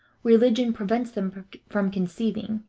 religion prevents them from conceiving,